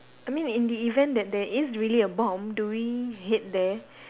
I mean in the event that there is really a bomb do we head there